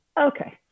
okay